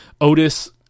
Otis